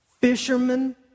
fishermen